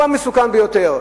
זה המסוכן ביותר.